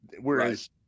whereas –